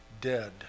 dead